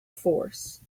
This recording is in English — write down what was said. force